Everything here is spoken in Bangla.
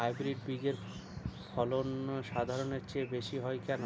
হাইব্রিড বীজের ফলন সাধারণের চেয়ে বেশী হয় কেনো?